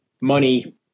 money